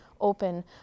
open